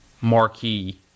marquee